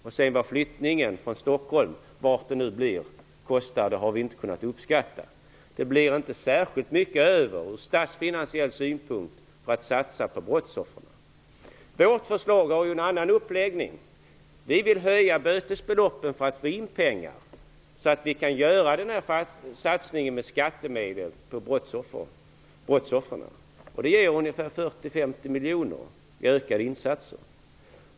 Vad själva flyttningen från Stockholm kommer att kosta har vi inte kunnat beräkna. Det blir inte särskilt mycket över ur statsfinansiell synpunkt att satsa på brottsoffren. Vårt förslag har en annan uppläggning. Vi vill höja bötesbeloppen för att få in pengar så att vi kan göra denna satsning på brottsoffren med skattemedel. Det ger ungefär 40--50 miljoner i ökade insatser.